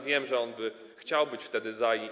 Wiem, że on by chciał być wtedy za.